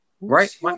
Right